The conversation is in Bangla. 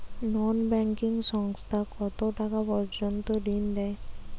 নন ব্যাঙ্কিং সংস্থা কতটাকা পর্যন্ত ঋণ দেয়?